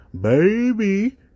Baby